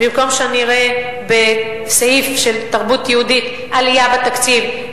במקום שאני אראה בסעיף של תרבות יהודית עלייה בתקציב,